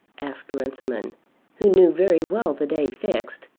asked runciman who knew very well the day fixed,